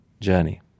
journey